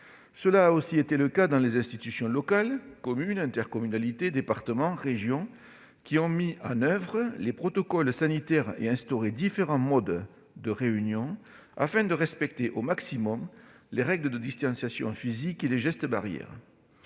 Cela a aussi été le cas dans les institutions locales- communes, intercommunalités, départements, régions -, qui ont mis en oeuvre les protocoles sanitaires et instauré différents modes de réunion afin de respecter au maximum les règles de distanciation physique et les gestes barrières.